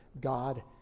God